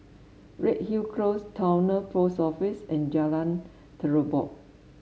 Redhill Close Towner Post Office and Jalan Terubok